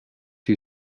two